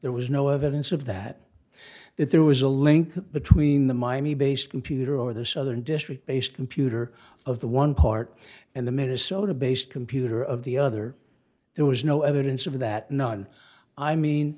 there was no evidence of that that there was a link between the miami based computer or the southern district based computer of the one part and the minnesota based computer of the other there was no evidence of that none i mean